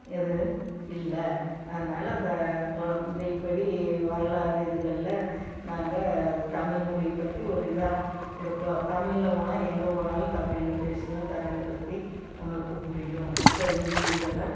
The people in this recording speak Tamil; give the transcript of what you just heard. எது இல்லை அதனால அந்த ல இந்த இப்படி வரலாறு இதுகளில் நாங்க தமிழ்மொழி பற்றி ஒரு இதாக இருப்போம் தமிழில் போனால் எங்கே போனாலும் தமிழில் பேசுங்க தமிழை பற்றி நம்மளுக்கு புரியும் மற்ற ஹிந்தி இதுகள்லாம்